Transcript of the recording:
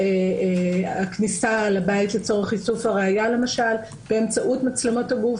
תיעוד הכניסה לבית לצורך איסוף הראיה באמצעות מצלמות הגוף,